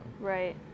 Right